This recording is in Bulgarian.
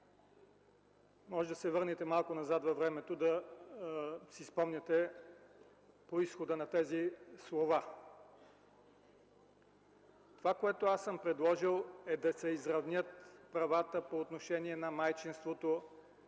Може да се върнете малко назад във времето, за да си спомните произхода на тези слова. Това, което аз съм предложил, е да се изравнят правата по отношение на майчинството